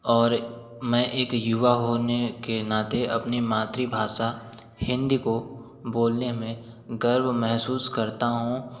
और मैं एक युवा होने के नाते अपनी मातृ भाषा हिन्दी को बोलने में गर्व महसूस करता हूँ